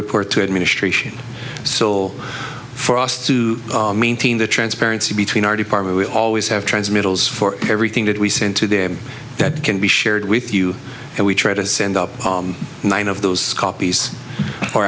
report to administration still for us to maintain transparency between our department we always have trans middles for everything that we send to them that can be shared with you and we try to send up one of those copies or